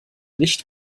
nicht